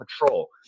patrol